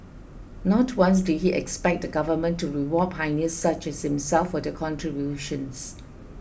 not once did he expect the government to reward pioneers such as himself for their contributions